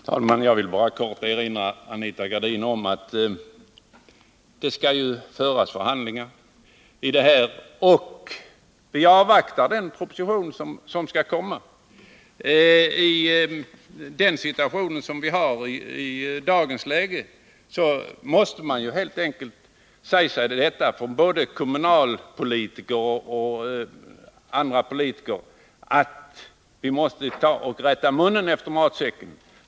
Herr talman! Jag vill bara kort erinra Anita Gradin om att det skall föras förhandlingar, och vi avvaktar den proposition som skall komma. I den situation som råder i dag måste helt enkelt både kommunalpolitiker och andra politiker säga sig att man måste rätta munnen efter matsäcken.